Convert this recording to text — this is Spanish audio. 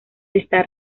está